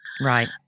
Right